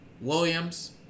Williams